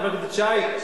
חבר הכנסת שי,